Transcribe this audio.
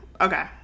Okay